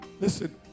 Listen